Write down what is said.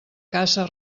caça